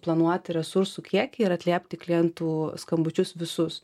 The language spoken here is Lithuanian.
planuoti resursų kiekį ir atliepti klientų skambučius visus